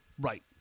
Right